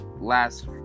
last